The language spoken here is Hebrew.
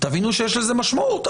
תבינו שיש לזה משמעות,